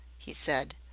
he said,